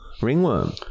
ringworm